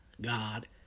God